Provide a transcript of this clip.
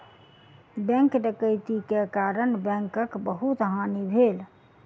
bank डकैती के कारण बैंकक बहुत हानि भेल